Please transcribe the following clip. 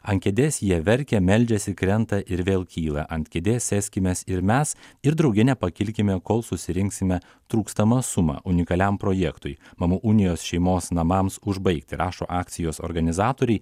ant kėdės jie verkia meldžiasi krenta ir vėl kyla ant kėdės sėskimės ir mes ir drauge nepakilkime kol susirinksime trūkstamą sumą unikaliam projektui mamų unijos šeimos namams užbaigti rašo akcijos organizatoriai